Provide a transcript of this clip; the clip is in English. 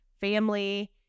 family